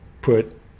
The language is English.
put